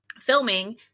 filming